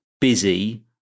busy